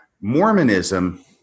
Mormonism